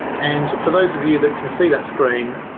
and for those of you that can see that screen,